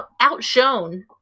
outshone